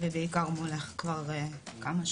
ובעיקר מולך כבר כמה?